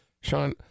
Sean